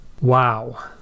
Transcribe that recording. Wow